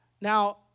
Now